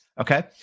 Okay